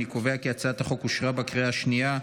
אני קובע כי הצעת החוק אושרה בקריאה השנייה.